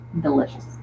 delicious